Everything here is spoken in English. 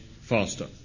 faster